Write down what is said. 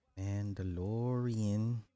Mandalorian